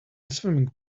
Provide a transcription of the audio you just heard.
swimming